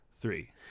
three